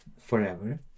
forever